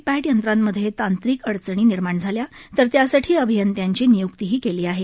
पप्त यंत्रामध्ये तांत्रिक अडचणी निर्माण झाल्या तर त्यासाठी अभियंत्यांची निय्क्तीही केली आली आहे